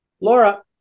Laura